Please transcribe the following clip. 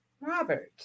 Robert